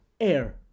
air